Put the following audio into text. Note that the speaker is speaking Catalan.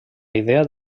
idea